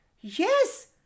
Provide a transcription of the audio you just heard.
Yes